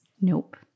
Nope